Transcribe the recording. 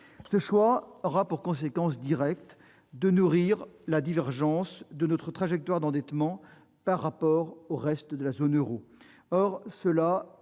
Ce choix aura pour conséquence directe de nourrir la divergence de notre trajectoire d'endettement par rapport au reste de la zone euro.